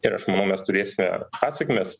ir aš manau mes turėsime pasekmes